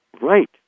right